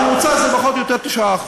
הממוצע זה פחות או יותר 9%,